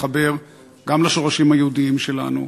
להתחבר גם לשורשים היהודיים שלנו,